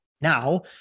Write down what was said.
now